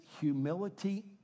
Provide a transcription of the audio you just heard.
humility